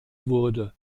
wurde